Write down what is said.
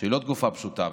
שהיא לא תקופה פשוטה,